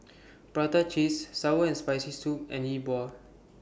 Prata Cheese Sour and Spicy Soup and Yi Bua